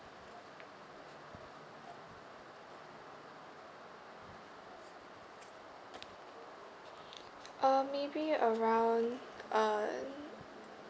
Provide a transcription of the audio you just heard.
uh maybe around um